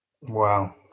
Wow